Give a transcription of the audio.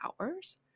hours